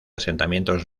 asentamientos